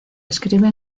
escribe